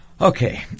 Okay